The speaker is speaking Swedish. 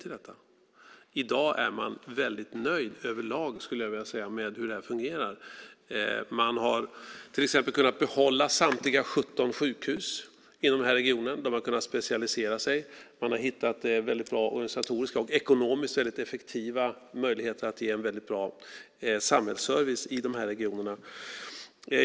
I dag är man väldigt nöjd överlag, skulle jag vilja säga, med hur detta fungerar. Man har till exempel kunnat behålla samtliga 17 sjukhus inom regionen. De har kunnat specialisera sig. Man har hittat väldigt bra organisatoriska och ekonomiskt effektiva möjligheter att ge en mycket bra samhällsservice.